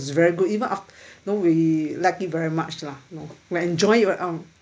is very good even after know we like it very much lah know might enjoy even um